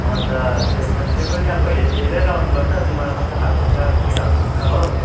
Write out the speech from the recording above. अन्त त्यो पनि त्यो पनि अब हे हेरेर लगाउनु पर्छ दिनमा कस्तो खालको के खालको छ हो